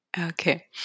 okay